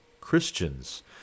Christians